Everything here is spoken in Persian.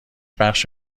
بخش